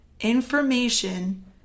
Information